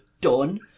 done